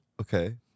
okay